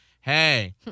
Hey